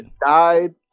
died